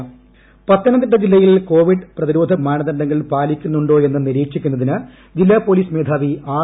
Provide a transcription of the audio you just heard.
പത്തനംതിട്ട പരിശ്ദ്ധ്ന പത്തനംതിട്ട ജില്ലയിൽ കോവിഡ് പ്രതിരോധ മാനദണ്ഡങ്ങൾ പാലിക്കുന്നുണ്ടോയെന്ന് നിരീക്ഷിക്കുന്നതിന് ജില്ലാ പോലീസ് മേധാവി ആർ